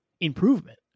improvement